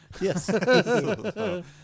Yes